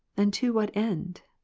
and to what end?